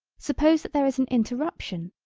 suppose that there is an interruption,